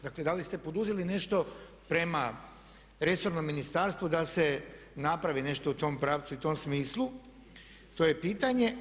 Dakle da li ste poduzeli nešto prema resornom ministarstvu da se napravi nešto u tom pravcu i tom smislu, to je pitanje.